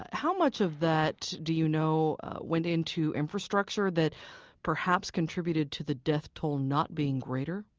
how much of that do you know went into infrastructure that perhaps contributed to the death toll not being greater?